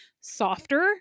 softer